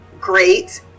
great